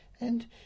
and